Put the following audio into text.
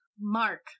Mark